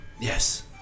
Yes